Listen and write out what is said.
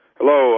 Hello